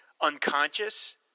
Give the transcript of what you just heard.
unconscious